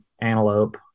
antelope